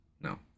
No